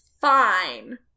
Fine